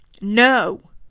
No